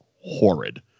horrid